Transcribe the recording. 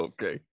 Okay